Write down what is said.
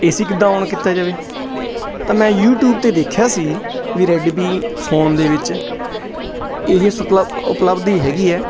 ਏ C ਕਿੱਦਾਂ on ਕੀਤਾ ਜਾਵੇ ਤਾਂ ਮੈਂ ਯੂਟੀਊਬ 'ਤੇ ਦੇਖਿਆ ਸੀ ਵੀ ਰੈੱਡਮੀ ਫ਼ੋਨ ਦੇ ਵਿੱਚ ਇਹ ਸੁਪਲ ਉਪਲਬਧ ਹੈਗੀ ਹੈ